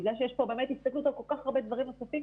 בגלל שיש פה באמת הסתכלות על כל כך הרבה דברים נוספים,